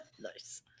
Nice